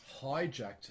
hijacked